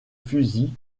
fusil